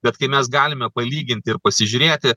bet kai mes galime palyginti ir pasižiūrėti